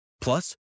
Plus